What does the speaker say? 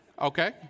okay